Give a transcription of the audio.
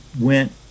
went